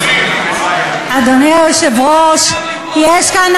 מזויפת" אמרת